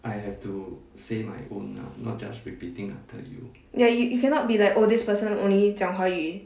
ya y~ you cannot be like oh this person only 讲华语